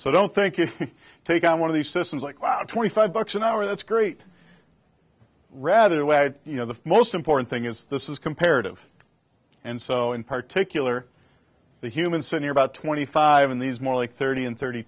so i don't think you take on one of these systems like wow twenty five bucks an hour that's great rather why you know the most important thing is this is comparative and so and particularly the human sitting about twenty five and these more like thirty and thirty